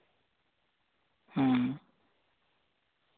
ᱦᱩᱸ